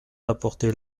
apportez